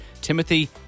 Timothy